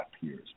peers